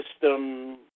system